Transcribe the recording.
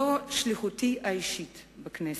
זו שליחותי האישית בכנסת.